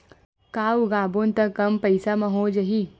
का उगाबोन त कम पईसा म हो जाही?